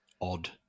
odd